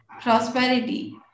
prosperity